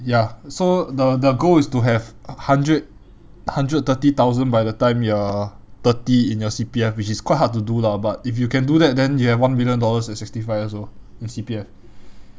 ya so the the goal is to have hundred hundred thirty thousand by the time you are thirty in your C_P_F which is quite hard to do lah but if you can do that then you have one million dollars at sixty five years old in C_P_F